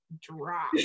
drop